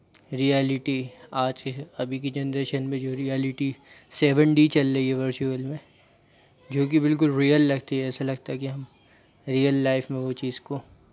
reality आज की अभी की जनरेशन में जो रिऐलिटी सेवन डी चल रही है वर्चुअल में जो कि बिलकुल रियल लगती है ऐसा कि हम रियल लाइफ़ में वो चीज़ को